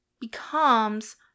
becomes